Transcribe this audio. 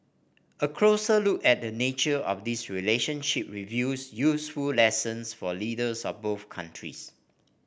a closer look at the nature of this relationship reveals useful lessons for leaders of both countries